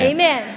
Amen